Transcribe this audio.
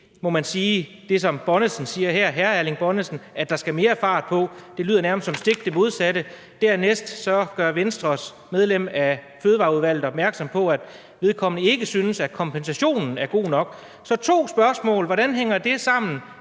det, som hr. Erling Bonnesen siger her, altså at der skal mere fart på; det lyder nærmest som det stik modsatte. Dernæst gør Venstres medlem af Miljø- og Fødevareudvalget opmærksom på, at vedkommende ikke synes, at kompensationen er god nok. Så jeg har to spørgsmål. Det ene er: Hvordan hænger det her